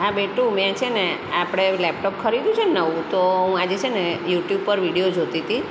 હા બેટું મેં છેને આપણે લેપટોપ ખરીદ્યું છે ને નવું તો હું આજે છે ને યુટ્યુબ પર વિડીયો જોતી હતી